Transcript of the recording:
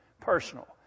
personal